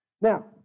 Now